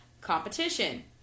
competition